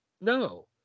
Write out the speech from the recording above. no